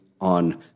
on